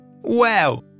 Wow